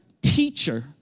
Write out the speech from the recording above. teacher